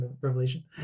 revelation